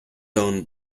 owned